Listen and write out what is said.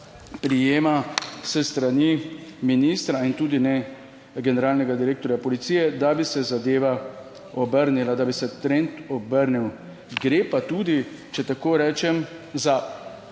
prijema s strani ministra in tudi ne generalnega direktorja Policije, da bi se zadeva obrnila, da bi se trend obrnil, gre pa tudi, če tako rečem, za